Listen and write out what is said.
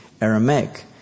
Aramaic